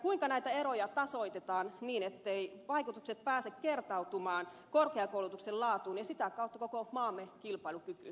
kuinka näitä eroja tasoitetaan niin etteivät vaikutukset pääse kertautumaan korkeakoulutuksen laatuun ja sitä kautta koko maamme kilpailukykyyn